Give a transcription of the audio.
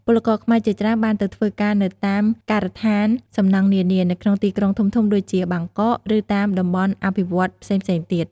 ពលករខ្មែរជាច្រើនបានទៅធ្វើការនៅតាមការដ្ឋានសំណង់នានា នៅក្នុងទីក្រុងធំៗដូចជាបាងកក ឬតាមតំបន់អភិវឌ្ឍន៍ផ្សេងៗទៀត។